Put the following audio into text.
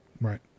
Right